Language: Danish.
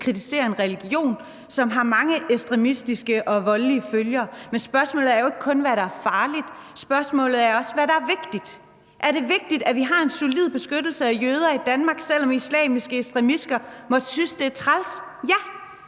kritisere en religion, som har mange ekstremistiske og voldelige følgere, men spørgsmålet er jo ikke kun, hvad der er farligt; spørgsmålet er også, hvad der er vigtigt. Er det vigtigt, at vi har en solid beskyttelse af jøder i Danmark, selv om islamiske ekstremister måtte synes, det er træls? Ja!